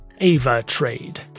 AvaTrade